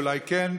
ואולי כן,